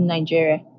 Nigeria